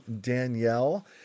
Danielle